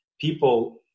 people